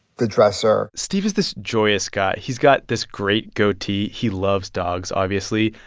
the dresser steve is this joyous guy. he's got this great goatee. he loves dogs, obviously.